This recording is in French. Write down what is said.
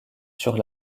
sur